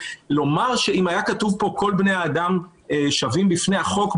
לומר שאם היה כתוב פה שכל בני האדם שווים בפני החוק,